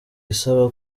isaba